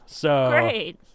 great